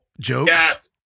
jokes